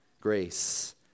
Grace